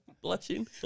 Blushing